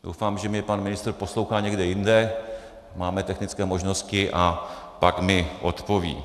Doufám, že mě pan ministr poslouchá někde jinde, máme technické možnosti, a pak mi odpoví.